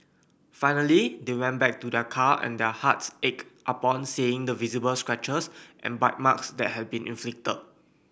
finally they went back to their car and their hearts ached upon seeing the visible scratches and bite marks that had been inflicted